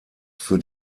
für